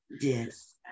yes